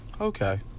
Okay